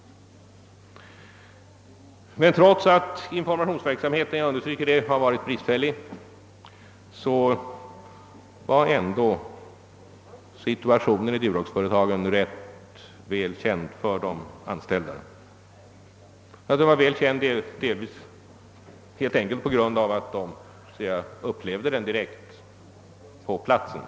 Trots att informationsverksamheten, såsom jag understryker, hade varit bristfällig var ändå situationen i företaget rätt väl känd för de anställda. Att så var förhållandet berodde delvis helt enkelt på att de upplevde den direkt på platsen.